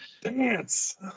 Dance